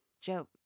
Joe